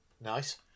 Nice